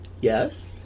yes